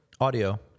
Audio